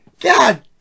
God